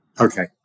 Okay